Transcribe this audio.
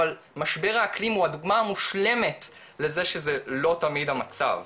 אבל משבר האקלים הוא הדוגמה המושלמת לזה שזה לא תמיד המצב,